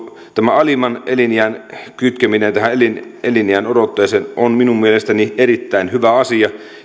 alimman eläkeiän kytkeminen eliniänodotteeseen on minun mielestäni erittäin hyvä asia